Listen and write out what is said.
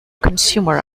consumer